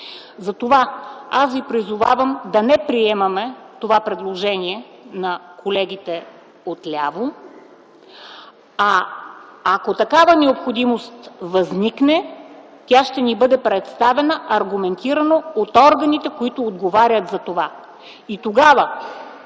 Затова аз ви призовавам да не приемаме това предложение на колегите отляво, а ако такава необходимост възникне, тя ще ни бъде представена аргументирано от органите, които отговарят за това.